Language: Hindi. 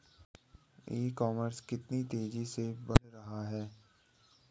ई कॉमर्स कितनी तेजी से बढ़ रहा है?